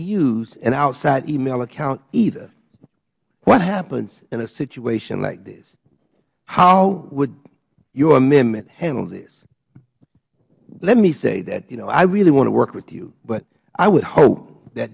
use an outside email account either what happens in a situation like this how would your amendment handle this let me say that i really want to work with you but i would hope that